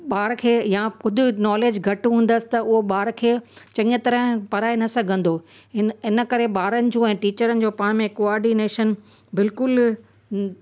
ॿार खे या ख़ुदि नॉलेज घटि हूंदसि त उहो ॿार खे चङी तरह पढ़ाए न सघंदो हिन हिन करे ॿार जो ऐं टीचरुनि जो पाण में कॉर्डीनेशन बिल्कुलु